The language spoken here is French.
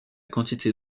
quantité